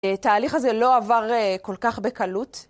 תהליך הזה לא עבר כל כך בקלות.